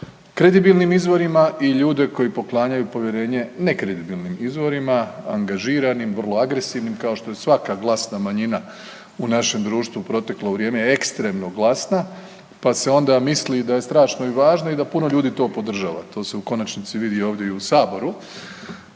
kredibilnim izvorima i ljude koji poklanjaju povjerenje nekredibilnim izvorima angažiranim, vrlo agresivnim kao što je svaka glasna manjina u našem društvu u proteklo vrijeme ekstremno glasna, pa se onda misli da je strašno i važno i da puno ljudi to podržava. To se u konačnici vidi i ovdje u Saboru,